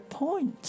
point